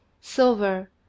silver